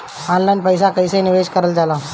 Online पईसा कईसे निवेश करल जाला?